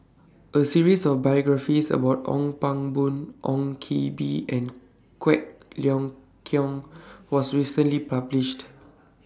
A series of biographies about Ong Pang Boon Ong Koh Bee and Quek Ling Kiong was recently published